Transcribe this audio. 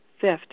Fifth